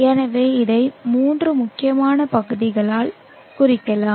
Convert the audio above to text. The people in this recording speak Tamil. எனவே இதை மூன்று முக்கியமான பகுதிகளால் குறிக்கலாம்